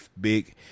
big